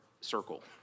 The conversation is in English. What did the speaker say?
circle